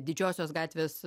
didžiosios gatvės